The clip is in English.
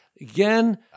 Again